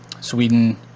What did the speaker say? Sweden